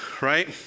right